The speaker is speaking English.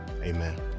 Amen